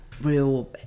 real